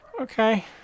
Okay